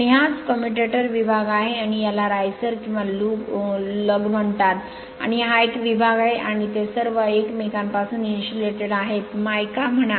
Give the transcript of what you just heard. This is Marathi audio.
आणि हाच कम्युटेटर विभाग आहे आणि याला राइसर किंवा लूग म्हणतात आणि हा एक विभाग आहे आणि ते सर्व एकमेकांपासून इन्सुलेटेड आहेत मायका म्हणा